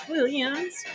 Williams